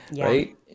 right